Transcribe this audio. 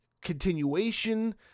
continuation